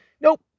nope